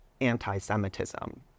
anti-Semitism